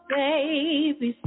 baby